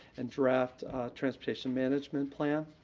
and draft transportation management plan.